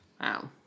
wow